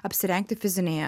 apsirengti fizinėje